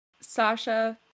Sasha